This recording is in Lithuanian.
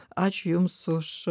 ačiū jums už